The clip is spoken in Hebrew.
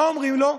מה אומרים לו?